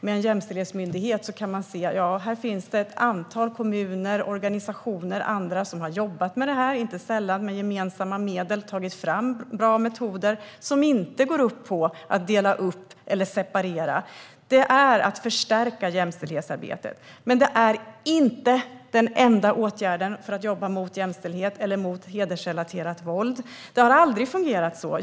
Med en jämställdhetsmyndighet kan man till exempel se att det finns ett antal kommuner, organisationer och andra som har jobbat med detta, inte sällan med gemensamma medel, och tagit fram bra metoder som inte går ut på att dela upp eller separera. Detta är att förstärka jämställdhetsarbetet. Det är dock inte den enda åtgärden för att jobba för jämställdhet och mot hedersrelaterat våld. Det har aldrig fungerat så.